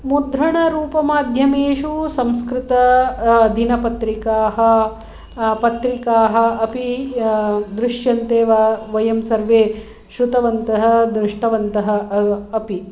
मुद्रणरूपमाध्यमेषु संस्कृत दिनपत्रिकाः पत्रिकाः अपि दृश्यन्ते वा वयं सर्वे श्रुतवन्तः दृष्टवन्तः अपि